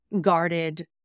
guarded